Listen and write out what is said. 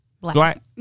Black